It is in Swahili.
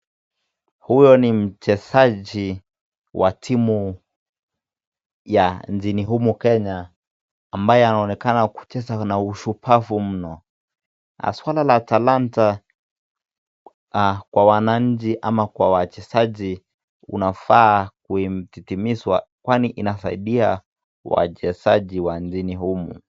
Huyo ni mchezaji wa timu ya nchini humu kenya ambaye anaonekana kucheza na ushupavu mno. Swala la talanta kwa wananchi ama kwa wachezaji unafaa kuhimizwa kwani inasaidia wachezaji wa nchini humu.